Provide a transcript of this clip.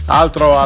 altro